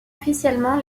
officiellement